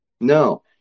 No